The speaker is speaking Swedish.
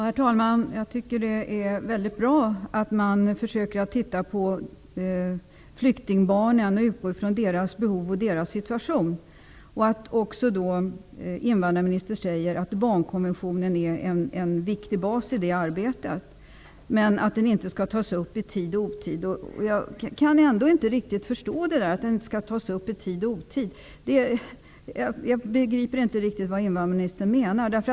Herr talman! Det är mycket bra att man försöker att ta hänsyn till flyktingbarnen, försöker utgå från dem och deras situation. Invandrarministern säger att barnkonventionen är en viktig bas i det arbetet, men att barnkonventionen inte skall åberopas i tid och otid. Jag begriper inte riktigt vad invandrarministern menar med det.